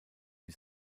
die